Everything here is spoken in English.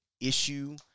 issue